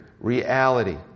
reality